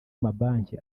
amabanki